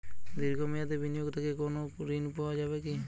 দীর্ঘ মেয়াদি বিনিয়োগ থেকে কোনো ঋন পাওয়া যাবে কী?